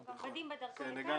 ודים בדרכו לכאן.